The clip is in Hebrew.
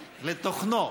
לתוכנו,